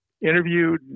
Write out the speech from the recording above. interviewed